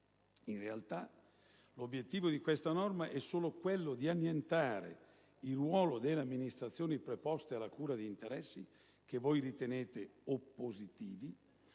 In realtà, l'obiettivo di questa norma è solo quello di annientare il ruolo delle amministrazioni preposte alla cura di interessi che voi ritenete "oppositivi"